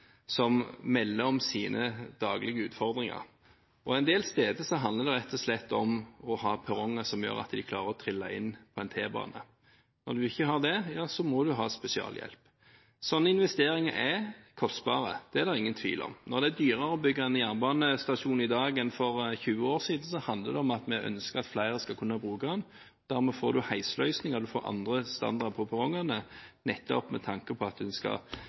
som melder om sine daglige utfordringer. En del steder handler det rett og slett om å ha perronger som gjør at de klarer å trille inn på en T-bane. Når en ikke har det, må en ha spesialhjelp. Slike investeringer er kostbare – det er det ingen tvil om. Når det er dyrere å bygge en jernbanestasjon i dag enn for 20 år siden, handler det om at vi ønsker at flere skal kunne bruke den. Dermed får en heisløsninger, en får andre standarder på perrongene, nettopp med tanke på at det skal